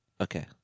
Okay